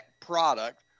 product